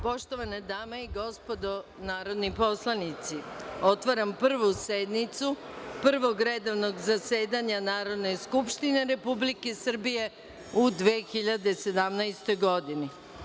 Poštovane dame i gospodo narodni poslanici, otvaram Prvu sednicu Prvog redovnog zasedanja Narodne skupštine Republike Srbije u 2017. godini.